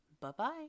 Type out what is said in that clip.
Bye-bye